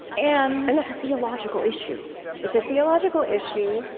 and and that's a theological issue it's a theological issue,